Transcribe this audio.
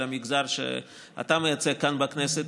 של המגזר שאתה מייצג כאן בכנסת,